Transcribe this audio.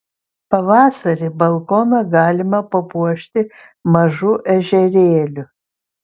pavasarį balkoną galima papuošti mažu ežerėliu